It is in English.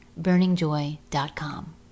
burningjoy.com